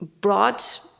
brought